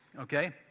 Okay